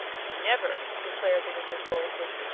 never! declared the wizard, boldly.